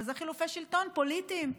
וזה חילופי שלטון פוליטיים.